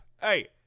Hey